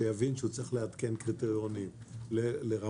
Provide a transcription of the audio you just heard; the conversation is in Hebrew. שיבין שהוא צריך לעדכן קריטריונים לרמות